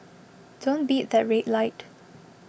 don't beat that red light